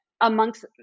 amongst